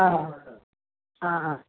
ആ ആ ആ